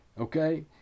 Okay